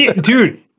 Dude